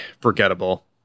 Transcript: forgettable